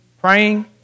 praying